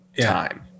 time